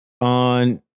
on